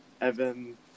Evan